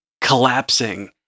collapsing